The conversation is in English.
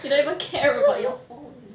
you don't even care about your phone